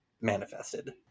manifested